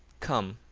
come,